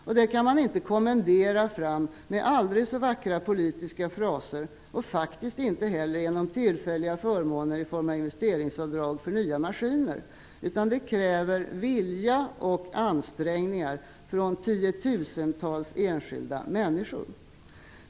Detta kan man inte kommendera fram, trots aldrig så vackra politiska fraser och faktiskt inte heller genom tillfälla förmåner i form av investeringsavdrag för nya maskiner, utan det kräver vilja och ansträngningar från tiotusentals enskilda människor.